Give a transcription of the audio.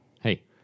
Hey